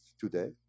today